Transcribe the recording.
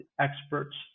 experts